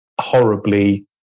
horribly